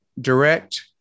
direct